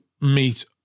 meet